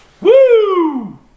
woo